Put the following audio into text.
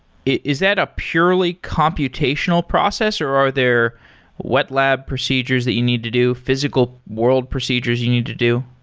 is that a purely computational process, or are there wet lab procedures that you need to do, physical world procedures you need to do?